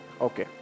Okay